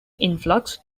influx